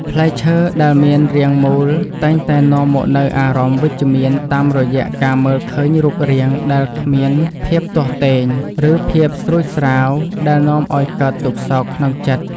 ផ្លែឈើដែលមានរាងមូលតែងតែនាំមកនូវអារម្មណ៍វិជ្ជមានតាមរយៈការមើលឃើញរូបរាងដែលគ្មានភាពទាស់ទែង ឬ ភាពស្រួចស្រាវដែលនាំឱ្យកើតទុក្ខសោកក្នុងចិត្ត។